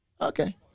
Okay